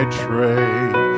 trade